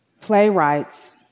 playwrights